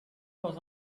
was